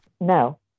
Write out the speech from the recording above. No